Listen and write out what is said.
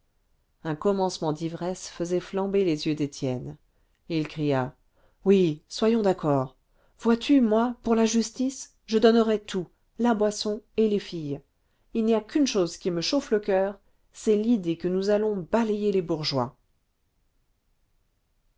un commencement d'ivresse faisait flamber les yeux d'étienne il cria oui soyons d'accord vois-tu moi pour la justice je donnerais tout la boisson et les filles il n'y a qu'une chose qui me chauffe le coeur c'est l'idée que nous allons balayer les bourgeois